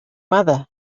mother